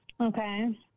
Okay